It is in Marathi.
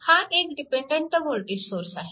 हा एक डिपेन्डन्ट वोल्टेज सोर्स आहे